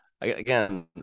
again